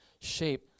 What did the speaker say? shape